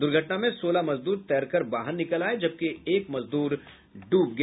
दुर्घटना में सोलह मजदूर तैरकर बाहर निकल आये जबकि एक मजदूर डूब गया